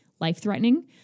life-threatening